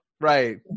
Right